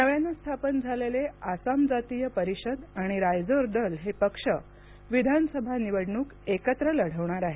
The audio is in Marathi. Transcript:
नव्यानं स्थापन झालेले आसाम जातीय परिषद आणि रायजोर दल हे पक्ष विधानसभा निवडणूक एकत्र लढवणार आहेत